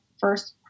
first